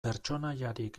pertsonaiarik